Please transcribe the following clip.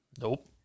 Nope